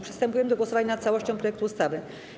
Przystępujemy do głosowania nad całością projektu ustawy.